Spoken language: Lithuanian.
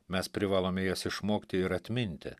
mes privalome jas išmokti ir atminti